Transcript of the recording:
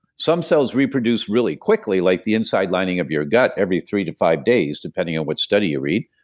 some cells reproduce really quickly, like the inside lining of your gut, every three to five days, depending on what study you read,